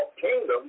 kingdom